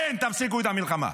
כן, תפסיקו את המלחמה.